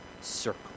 circle